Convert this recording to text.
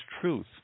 truth